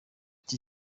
iki